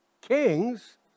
kings